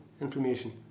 information